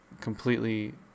completely